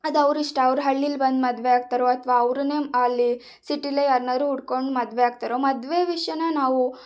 ಅದು ಅವರಿಷ್ಟ ಅವರು ಹಳ್ಳೀಲಿ ಬಂದು ಮದುವೆ ಆಗ್ತಾರೋ ಅಥವಾ ಅವರನ್ನೇ ಅಲ್ಲಿ ಸಿಟಿಲೇ ಯಾರನ್ನಾದ್ರೂ ಹುಡ್ಕೊಂಡು ಮದುವೆ ಆಗ್ತಾರೋ ಮದುವೆ ವಿಷಯಾನ ನಾವು